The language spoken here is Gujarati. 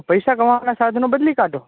પૈસા કમાવાના સાધનો બદલી કાઢો